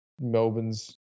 Melbourne's